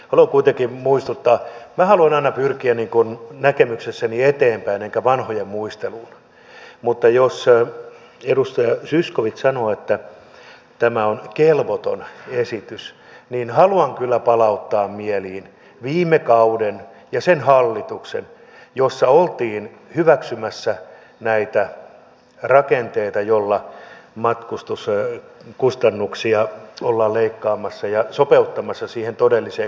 haluan kuitenkin muistuttaa että minä haluan aina pyrkiä näkemyksessäni eteenpäin enkä vanhojen muisteluun mutta jos edustaja zyskowicz sanoo että tämä on kelvoton esitys niin haluan kyllä palauttaa mieliin viime kauden ja sen hallituksen jossa oltiin hyväksymässä näitä rakenteita joilla matkustuskustannuksia ollaan leikkaamassa ja sopeuttamassa siihen todelliseen kustannusrakenteeseen